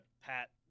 pat